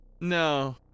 no